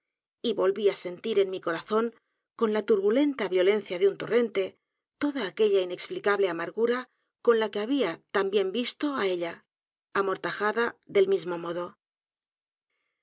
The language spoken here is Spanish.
y volví á sentir en mi corazón con la turbulenta violencia de un torrente toda aquella y edgar poe novelas y cuentos inexplicable a m a r g u r a con la que había también visto á ella amortajada del mismo modo